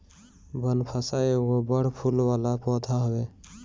बनफशा एगो बड़ फूल वाला पौधा हवे